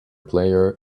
player